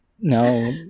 No